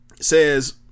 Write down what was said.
says